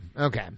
okay